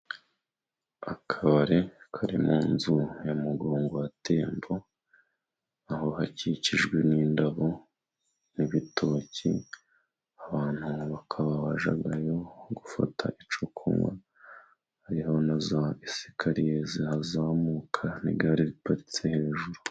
Akabari kari mu nzu ya mugongo wa tembo, aho hakikijwe n'indabo n'ibitoki, abantu bakaba bajyayo gufata icyo kunywa hariho na za esikariye zihazamuka n'igare riparitse hejuru.